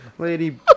Lady